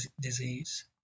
disease